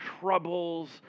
troubles